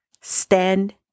Stand